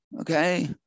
Okay